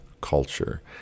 culture